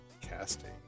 casting